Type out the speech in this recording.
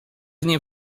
nie